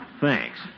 Thanks